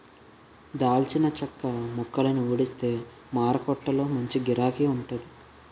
దాల్చిన చెక్క మొక్కలని ఊడిస్తే మారకొట్టులో మంచి గిరాకీ వుంటాది